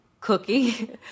cookie